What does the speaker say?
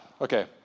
Okay